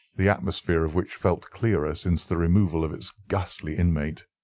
the atmosphere of which felt clearer since the removal of its ghastly inmate.